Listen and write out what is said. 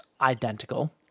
identical